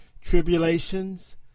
tribulations